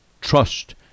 trust